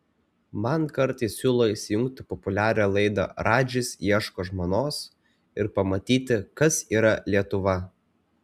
man kartais siūlo įsijungti populiarią laidą radžis ieško žmonos ir pamatyti kas yra lietuva